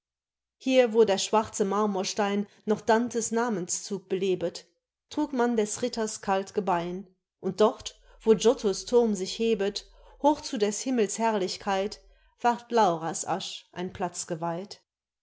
hier wo der schwarze marmorstein noch dante's namenzug belebet trug man des ritters kalt gebein und dort wo giotto's thurm sich hebet hoch zu des himmels herrlichkeit ward laura's asch ein platz geweiht